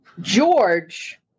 George